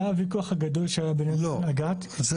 זה הוויכוח הגדול שהיה לנו עם אג"ת.